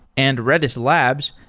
and redis labs,